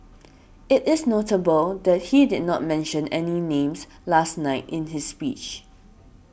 it is notable that he did not mention any names last night in his speech